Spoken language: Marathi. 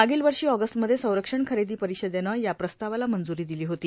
मागच्या वर्षी ऑगस्टमध्ये संरक्षण खरेदी परिषदेनं या प्रस्तावाला मंजूरी दिली होती